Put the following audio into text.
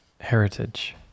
heritage